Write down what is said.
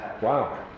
Wow